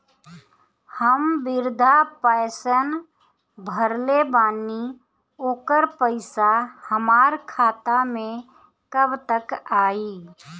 हम विर्धा पैंसैन भरले बानी ओकर पईसा हमार खाता मे कब तक आई?